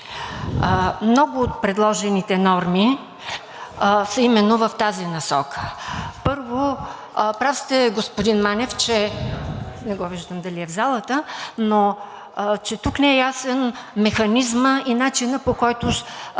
Много от предложените норми са именно в тази насока. Първо, прав сте, господин Манов, че – не го виждам, дали е в залата, тук не е ясен механизмът и начинът, по който